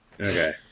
Okay